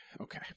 okay